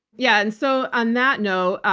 yeah. and so on that note,